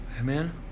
amen